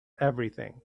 everything